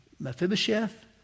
Mephibosheth